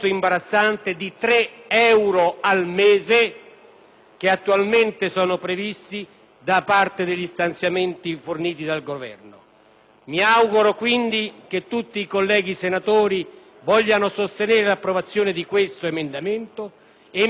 mese attualmente prevista negli stanziamenti forniti dal Governo. Mi auguro, quindi, che tutti i colleghi senatori vogliano sostenere l'approvazione di questo emendamento e mi auguro che il Governo voglia cogliere questa opportunità